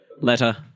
Letter